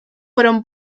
fueron